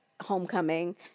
homecoming